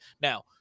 Now